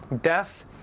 death